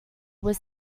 were